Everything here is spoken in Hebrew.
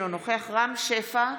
אינו נוכח רם שפע,